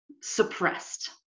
suppressed